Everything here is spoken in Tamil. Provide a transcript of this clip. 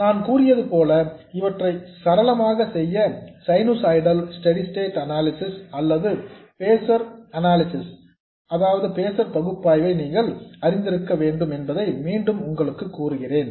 நான் கூறியது போல இவற்றை சரளமாக செய்ய சைனுசாய்டல் ஸ்டெடி ஸ்டேட் அனாலிசிஸ் அல்லது பேசர் பகுப்பாய்வை நீங்கள் அறிந்திருக்க வேண்டும் என்பதை மீண்டும் உங்களுக்கு கூறுகிறேன்